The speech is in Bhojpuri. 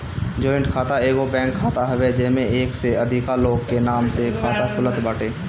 जॉइंट खाता एगो बैंक खाता हवे जेमे एक से अधिका लोग के नाम से खाता खुलत बाटे